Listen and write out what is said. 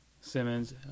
Simmons